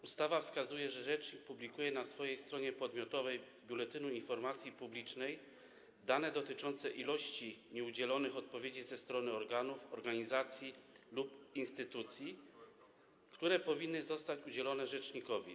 Ustawa wskazuje, że rzecznik publikuje na swojej stronie podmiotowej Biuletynu Informacji Publicznej dane dotyczące ilości nieudzielonych odpowiedzi ze strony organów, organizacji lub instytucji, które powinny zostać udzielone rzecznikowi.